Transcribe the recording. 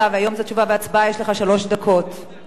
התשע"ב 2011,